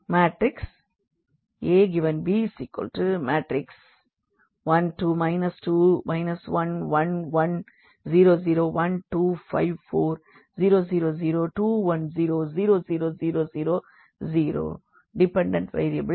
Take x21x52then x4 122 x34 42 x19 21 9